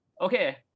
okay